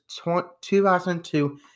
2002